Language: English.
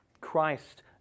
Christ